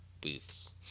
booths